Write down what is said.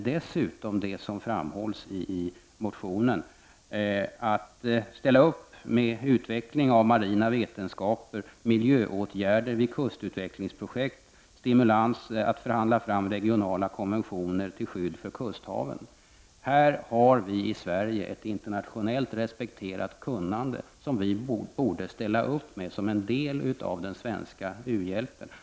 Dessutom borde vi, som framhålls i motionen, ställa upp med utveckling av marina vetenskaper, miljöåtgärder vid kustutvecklingsprojekt och stimulans när det gäller att förhandla fram regionala konventioner till skydd för kusthaven. Vi har i Sverige på detta område ett internationellt respekterat kunnande, som vi borde ställa upp med som en del av den svenska u-hjälpen.